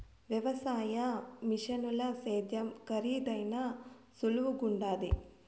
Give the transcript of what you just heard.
వ్యవసాయ మిషనుల సేద్యం కరీదైనా సులువుగుండాది